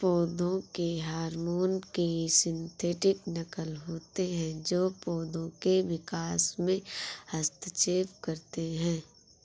पौधों के हार्मोन की सिंथेटिक नक़ल होते है जो पोधो के विकास में हस्तक्षेप करते है